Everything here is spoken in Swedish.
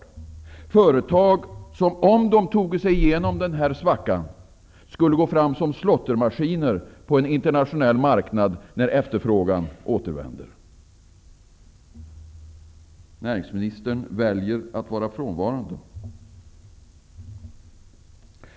Det är företag som, om de toge sig igenom denna svacka, skulle gå fram som slåttermaskiner på en internationell marknad, när efterfrågan återvänder. Näringsministern väljer att vara frånvarande.